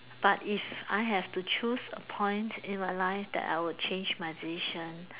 but if I have to choose a point in my life that I would change my decision